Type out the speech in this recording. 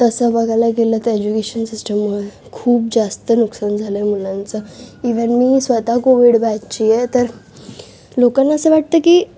तसं बघायला गेलं तर एजुकेशन सिस्टममुळे खूप जास्त नुकसान झालं आहे मुलांचं इव्हन मी स्वतः कोव्हीड बॅचची आहे तर लोकांना असं वाटतं की